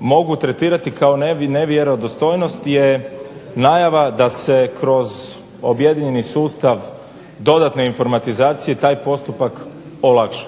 mogu tretirati kao nevjerodostojnost je najava da se kroz objedinjeni sustav dodatne informatizacije taj postupak olakša.